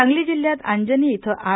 सांगली जिल्ह्यात अंजनी इथं आर